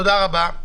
תודה רבה.